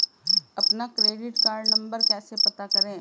अपना credit card number कैसे पता करें?